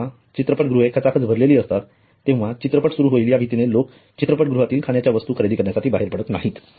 जेव्हा चित्रपटगृहे खचाखच भरलेली असतात तेव्हा चित्रपट सुरू होईल या भीतीने लोक चित्रपटगृहातील खाण्याच्या वस्तू खरेदी करण्यासाठी बाहेर पडत नाहीत